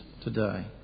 today